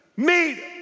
Meet